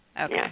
Okay